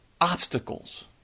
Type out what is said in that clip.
obstacles